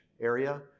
area